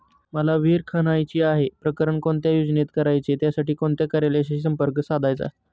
मला विहिर खणायची आहे, प्रकरण कोणत्या योजनेत करायचे त्यासाठी कोणत्या कार्यालयाशी संपर्क साधायचा?